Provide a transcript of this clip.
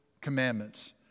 commandments